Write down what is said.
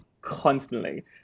constantly